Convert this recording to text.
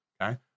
Okay